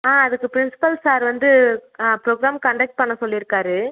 ஆ அதுக்கு principal sir வந்து programme conduct பண்ண சொல்லியிருக்காரு